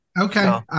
okay